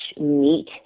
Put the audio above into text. meat